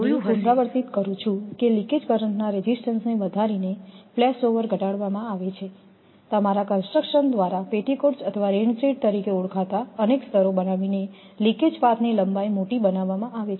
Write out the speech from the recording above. હું આને પુનરાવર્તિત કરું છું કે લિકેજ કરંટ ના રેઝિસ્ટન્સને વધારીને ફ્લેશઓવર ઘટાડવામાં આવે છે તમારા કન્સ્ટ્રક્ટર દ્વારા પેટીકોટ્સ અથવા રેઇન શેડ તરીકે ઓળખાતા અનેક સ્તરો બનાવીને લિકેજ પાથની લંબાઈ મોટી બનાવવામાં આવે છે